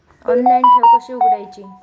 Online ठेव कशी उघडायची?